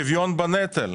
על בסיס שוויון בנטל.